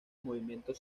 movimientos